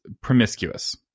promiscuous